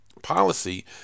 policy